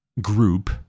group